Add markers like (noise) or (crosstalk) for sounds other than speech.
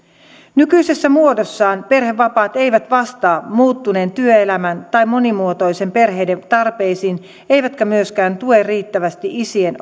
nykyisessä muodossaan perhevapaat eivät vastaa muuttuneen työelämän tai monimuotoisten perheiden tarpeisiin eivätkä myöskään tue riittävästi isien (unintelligible)